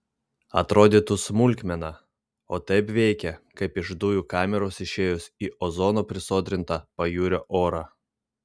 atrodytų smulkmena o taip veikia kaip iš dujų kameros išėjus į ozono prisodrintą pajūrio orą